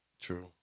True